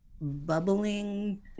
bubbling